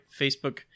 Facebook